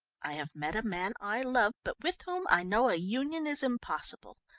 i have met a man i love, but with whom i know a union is impossible.